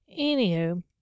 Anywho